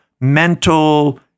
mental